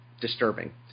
disturbing